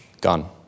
Gone